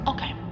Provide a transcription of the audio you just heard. Okay